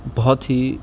بہت ہی